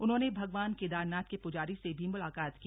उन्होंने भगवान केदारनाथ के पुजारी से भी मुलाकात की